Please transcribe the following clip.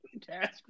Task